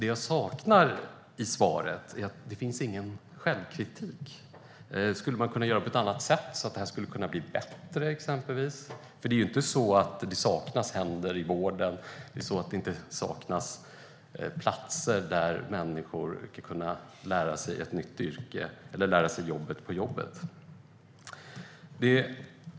Det jag saknar i svaret är självkritik. Skulle man kunna göra på ett annat sätt så att det här skulle kunna bli bättre? Det är ju inte så att det inte saknas händer i vården eller att det saknas platser där människor kan lära sig ett nytt yrke eller lära sig jobbet på jobbet.